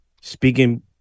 speaking